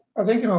i think you know